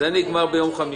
זה נגמר ביום חמישי.